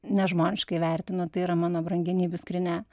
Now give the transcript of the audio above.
nežmoniškai vertinu tai yra mano brangenybių skrynia